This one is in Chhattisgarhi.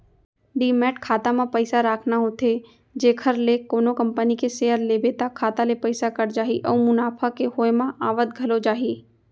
डीमैट खाता म पइसा राखना होथे जेखर ले कोनो कंपनी के सेयर लेबे त खाता ले पइसा कट जाही अउ मुनाफा के होय म आवत घलौ जाही